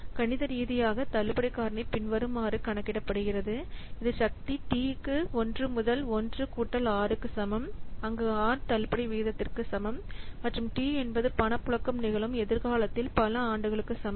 கணித ரீதியாக தள்ளுபடி காரணி பின்வருமாறு கணக்கிடப்படுகிறது இது சக்தி t க்கு 1 முதல் 1 கூட்டல் r க்கு சமம் அங்கு r தள்ளுபடி விகிதத்திற்கு சமம் மற்றும் t என்பது பணப்புழக்கம் நிகழும் எதிர்காலத்தில் பல ஆண்டுகளுக்கு சமம்